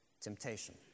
temptation